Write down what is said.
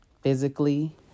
Physically